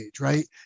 right